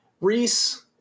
Reese